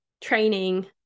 training